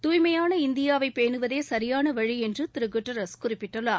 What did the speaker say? தூய்மையான இந்தியாவை பேணுவதே சரியான வழி என்று திரு குட்ரஸ் குறிப்பிட்டார்